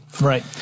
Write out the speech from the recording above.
Right